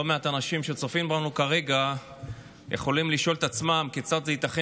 לא מעט אנשים שצופים בנו כרגע יכולים לשאול את עצמם כיצד זה ייתכן